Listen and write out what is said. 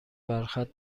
برخط